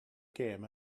gêm